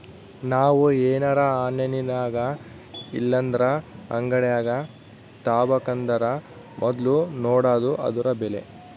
ನಾವು ಏನರ ಆನ್ಲೈನಿನಾಗಇಲ್ಲಂದ್ರ ಅಂಗಡ್ಯಾಗ ತಾಬಕಂದರ ಮೊದ್ಲು ನೋಡಾದು ಅದುರ ಬೆಲೆ